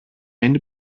είναι